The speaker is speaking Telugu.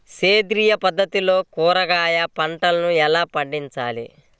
సేంద్రియ పద్ధతుల్లో కూరగాయ పంటలను ఎలా పండించాలి?